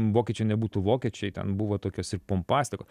vokiečiai nebūtų vokiečiai ten buvo tokios ir pompastikos